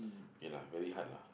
okay lah very hard lah